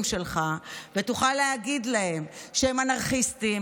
שלך ותוכל להגיד להם שהם אנרכיסטים,